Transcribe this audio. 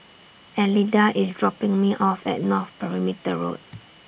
Elida IS dropping Me off At North Perimeter Road